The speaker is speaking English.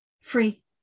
free